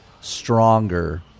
stronger